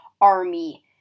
army